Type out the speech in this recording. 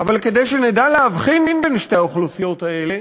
אבל כדי שנדע להבחין בין שתי האוכלוסיות האלה